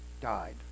died